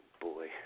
boy